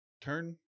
turn